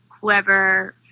whoever